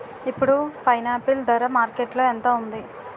ఇప్పుడు పైనాపిల్ ధర మార్కెట్లో ఎంత ఉంది?